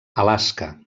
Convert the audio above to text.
alaska